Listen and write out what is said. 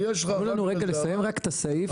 תנו לנו רק לסיים את הסעיף.